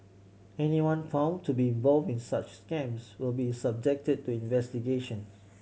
anyone found to be involved in such scams will be subjected to investigations